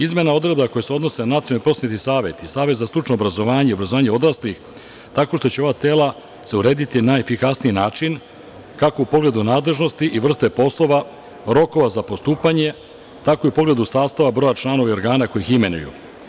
Izmene odredbi koje se odnose na Nacionalni prosvetni savet i Savet za stručno obrazovanje i vaspitanje odraslih tako što će ova tela se urediti na efikasniji način, kako u pogledu nadležnosti i vrste poslova, rokova za postupanje, tako i u pogledu sastava, broja članova i organa koja ih imenuju.